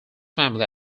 family